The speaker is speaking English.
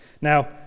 Now